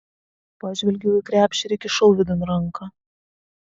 pažvelgiau į krepšį ir įkišau vidun ranką